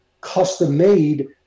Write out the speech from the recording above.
custom-made